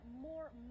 more